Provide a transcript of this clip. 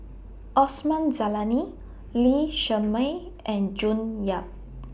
Osman Zailani Lee Shermay and June Yap